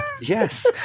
Yes